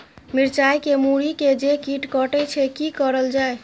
मिरचाय के मुरी के जे कीट कटे छे की करल जाय?